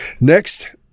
Next